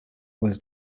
was